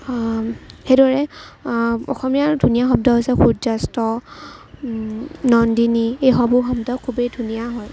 সেইদৰে অসমীয়া ধুনীয়া শব্দ হৈছে সূৰ্য্য়াস্ত নন্দিনী এইসমূহ শব্দ খুবেই ধুনীয়া হয়